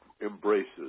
embraces